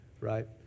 right